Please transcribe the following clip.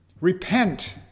Repent